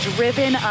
Driven